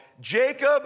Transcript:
Jacob